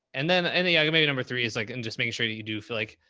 and then any, i get maybe number three is like, and just making sure that you do feel like.